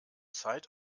zeit